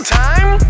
time